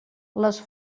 les